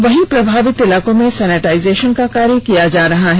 वही प्रभावित इलाकों में सैनिटाइजेशन का कार्य किया जा रहा है